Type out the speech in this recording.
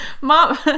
mom